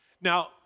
Now